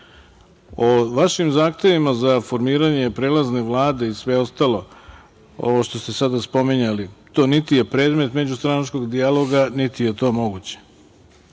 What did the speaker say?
vašim zahtevima za formiranje prelazne Vlade i sve ostalo ovo što ste sada spominjali, to niti je predmet međustranačkog dijaloga, niti je to moguće.